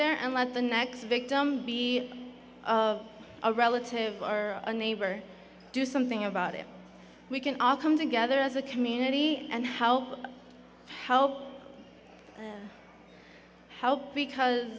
there and let the next victim be a relative or a neighbor do something about it we can all come together as a community and help help help because